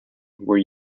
were